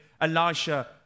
Elisha